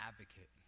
advocate